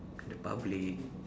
the public